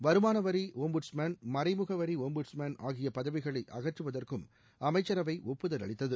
வருமானவரி ஒம்புட்ஸ்மான் மறைமுகவரி ஒம்புட்ஸ்மான் ஆகிய பதவிகளை அகற்றுவதற்கும் அமைச்சரவை ஒப்புதல் அளித்தது